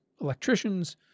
electricians